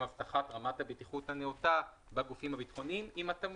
הבטחת רמת הבטיחות הנאותה בגופים הביטחוניים עם התאמות.